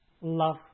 love